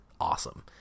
awesome